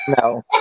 No